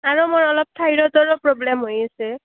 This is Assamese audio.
আৰু মোৰ অলপ ঠাইৰডৰো প্ৰব্লেম হৈ আছে